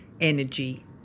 energy